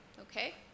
Okay